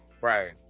Right